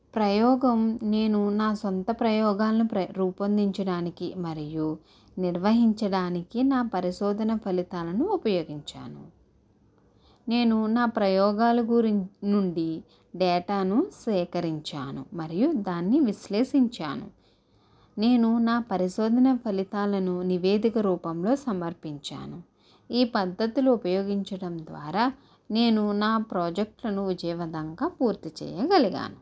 ప్రయోగం నేను నా సొంత ప్రయోగాలను ప్రతి రూపొందించడానికి మరియు నిర్వహించడానికి నా పరిశోధన ఫలితాలను ఉపయోగించాను నేను నా ప్రయోగాల గురించి నుండి డేటాను సేకరించాను మరియు దాన్ని విశ్లేషించాను నేను నా పరిశోధన ఫలితాలను నివేదిక రూపంలో సమర్పించాను ఈ పద్ధతులు ఉపయోగించడం ద్వారా నేను నా ప్రాజెక్ట్లను విజయవంతంగా పూర్తి చేయగలిగాను